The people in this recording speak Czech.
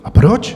A proč?